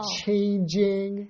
changing